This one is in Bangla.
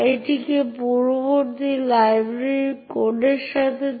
একটি গ্রুপ শনাক্তকারী দেওয়া হয়েছে যা গ্রুপ আইডি সেট করে সেই নির্দিষ্ট প্রক্রিয়া